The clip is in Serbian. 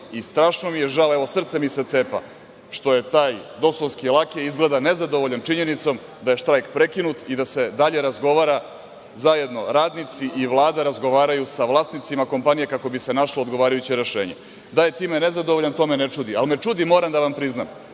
strašno mi je žao, evo, srce mi se cepa što je taj dosovski lakej izgleda nezadovoljan činjenicom da je štrajk prekinut i da se dalje razgovara. Zajedno radnici i Vlada razgovaraju sa vlasnicima kompanije kako bi se našlo odgovarajuće rešenje. Da je time nezadovoljan to me ne čudi, ali me čudi, moram da vam priznam,